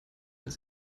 ans